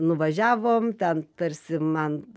nuvažiavom ten tarsi man